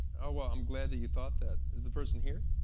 well, i'm glad that you thought that. is the person here?